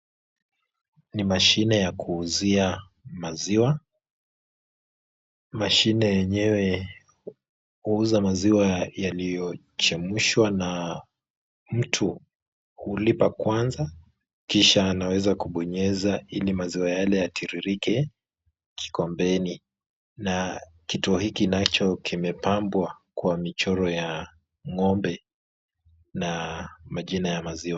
Ni mashine ya kuuzia maziwa .Mashine yenyewe huuza maziwa yaliyochemshwa na mtu hulipa kwanza, kisha anaweza kubonyeza ili maziwa yale yatiririke kikombeni na kituo hiki nacho kimepambwa kwa michoro ya ng'ombe na majina ya maziwa.